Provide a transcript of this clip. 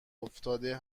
افتاده